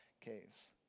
caves